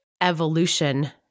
evolution